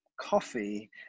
coffee